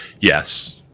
Yes